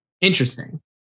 Interesting